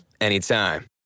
anytime